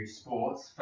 sports